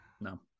no